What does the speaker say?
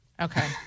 okay